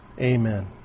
Amen